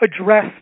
address